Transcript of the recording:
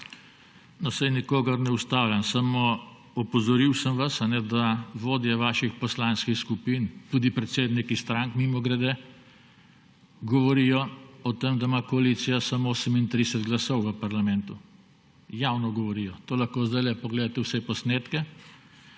No, saj nikogar ne ustavljam. Samo opozoril sem vas, da vodje vaših poslanskih skupin, tudi predsedniki strank, mimogrede, govorijo o tem, da ima koalicija samo 38 glasov v parlamentu. Javno govorijo. Lahko zdajle pogledate posnetke.